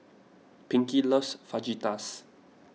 Pinkie loves Fajitas